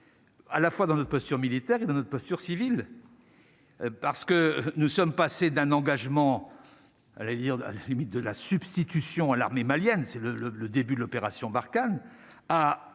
à la fois dans notre posture militaire et de notre posture civils. Parce que nous sommes passés d'un engagement à dire à la limite de la substitution à l'armée malienne, c'est le le le début de l'opération Barkhane